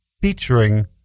featuring